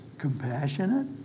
compassionate